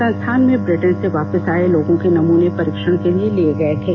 संस्थान में ब्रिटेन से वापिस आए लोगों के नमूने परीक्षण के लिए लिये गए थे